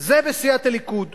זה בסיעת הליכוד.